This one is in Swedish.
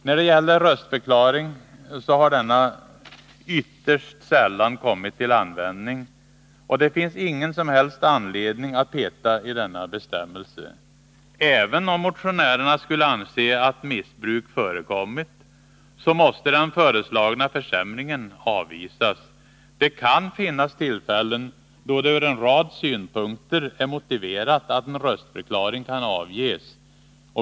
Bestämmelsen om röstförklaring har ytterst sällan kommit till användning, och det finns ingen som helst anledning att peta i den. Även om motionärerna skulle anse att missbruk förekommit, så måste den föreslagna försämringen avvisas. Det kan finnas tillfällen då det ur en rad synpunkter är motiverat att en röstförklaring kan avges.